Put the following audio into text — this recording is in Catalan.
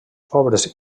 pobres